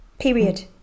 Period